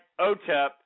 OTEP